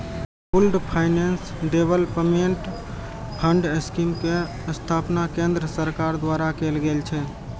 pooled finance development fund scheme के स्थापना केंद्र सरकार द्वारा कैल गेल छै